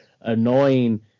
annoying